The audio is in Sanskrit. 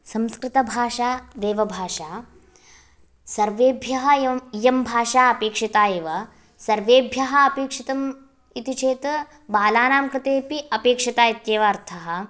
संस्कृतभाषा देवभाषा सर्वेभ्यः इय इयं भाषा अपेक्षिता एव सर्वेभ्यः अपेक्षितम् इति चेत् बालानां कृतेपि अपेक्षिता इत्येव अर्थः